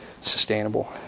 sustainable